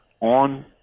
on